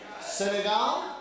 Senegal